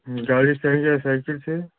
गाड़ी से है या सायकिल से